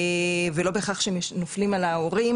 ולא בהכרח שהם נופלים על ההורים,